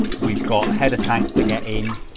we've got header tank to get in